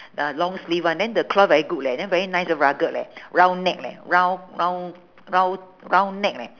uh long sleeve one then the cloth very good leh then very nice and rugged leh round neck leh round round round round neck leh